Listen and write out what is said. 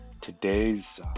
Today's